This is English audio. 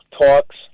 talks